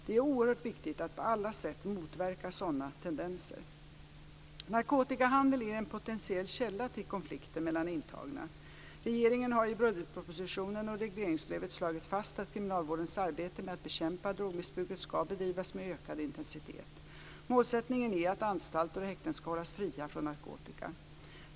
Det är oerhört viktigt att på alla sätt motverka sådana tendenser. Narkotikahandel är en potentiell källa till konflikter mellan intagna. Regeringen har i budgetpropositionen och regleringsbrevet slagit fast att kriminalvårdens arbete med att bekämpa drogmissbruket ska bedrivas med ökad intensitet. Målsättningen är att anstalter och häkten ska hållas fria från narkotika.